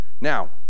Now